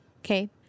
okay